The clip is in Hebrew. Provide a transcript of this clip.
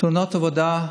תאונות עבודה,